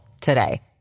today